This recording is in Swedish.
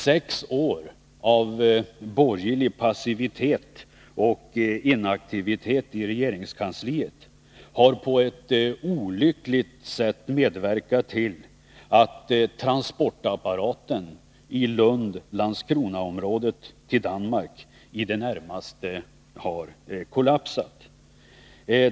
Sex år av borgerlig passivitet och inaktivitet i regeringskansliet har på ett olyckligt sätt medverkat till att transportapparaten för transporter från Lund-Landskronaområdet till Danmark i det närmaste har kollapsat.